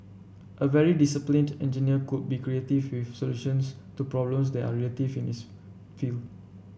a very disciplined engineer could be creative with solutions to problems that are relative in his field